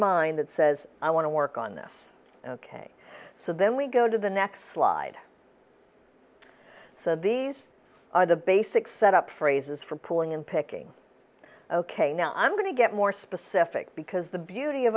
mind that says i want to work on this ok so then we go to the next slide so these are the basic set up phrases for pulling in picking ok now i'm going to get more specific because the beauty of